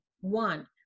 one